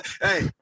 hey